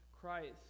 Christ